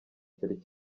cyari